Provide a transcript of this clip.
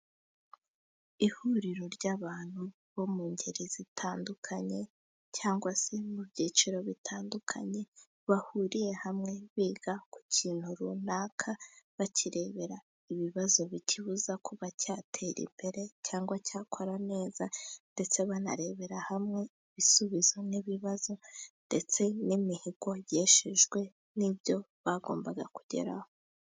Ihuriro ry'abantu bo mu ngeri zitandukanye cyangwa se mu byiciro bitandukanye, bahuriye hamwe biga ku kintu runaka bakarebera ibibazo bikibabuza, kuba batera imbere cyangwa icyo bakora neza ndetse banarebera hamwe, ibisubizo n'ibibazo ndetse n'imihigo yeshejwe n'ibyo bagombaga kugeraho.